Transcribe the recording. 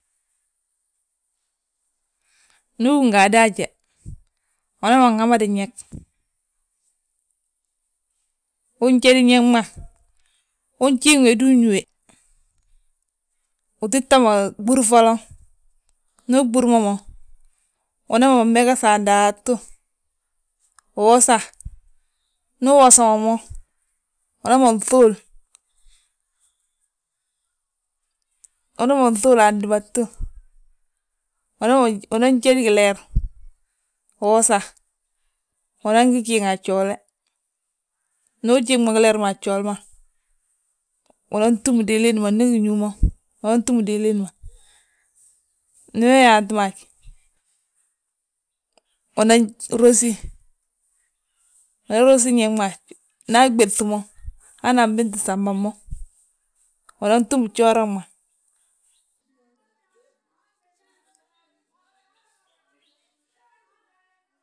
Ndu ugínga adaange, umanan habadi ñég. Unjédi ñég ma, unjiiŋi wédu uñuuwe, uttíta ma ɓúr foloŋ. Ndu uɓúr ma mo, umanan megesi andaatu, uwosa, ndu uwosa ma mo, unana ŧuul, unanman ŧuulu andúbatu, umanan jédi gileer, uwosa, unan gi jiiŋi a gjoole ngu ujiiŋ mo gileer ma a gjooli ma, unan túm diliin ma ndi gi ñúu mo. Unan túm diliin ma; Ndi we yaanti mo haj, unan rosi, uanan rosi ñég ma. Nda a ɓéŧ mo, han anbinti samba mo, unan túm gjooran ma.